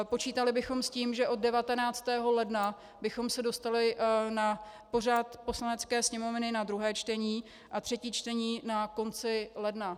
Počítali bychom s tím, že od 19. ledna bychom se dostali na pořad Poslanecké sněmovny na druhé čtení a třetí čtení na konci ledna.